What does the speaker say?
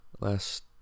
last